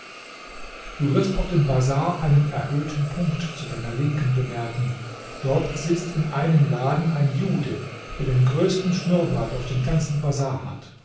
du wirst auf dem bazar einen erhöhten punkt zu deiner linken bemerken dort sitzt in einem laden ein jude der den größten schnurrbart auf dem ganzen bazar hat